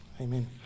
Amen